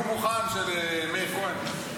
נאום מוכן של מאיר כהן.